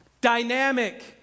dynamic